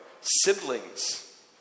siblings